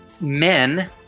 Men